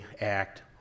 act